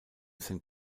san